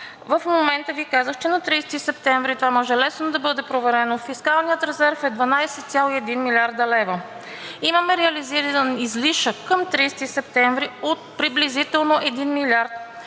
невярно. Казах Ви, че на 30 септември, това може лесно да бъде проверено, фискалният резерв е 12,1 млрд. лв. Имаме реализиран излишък към 30 септември от приблизително един милиард,